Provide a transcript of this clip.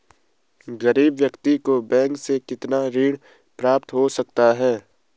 गरीब व्यक्ति को बैंक से कितना ऋण प्राप्त हो सकता है?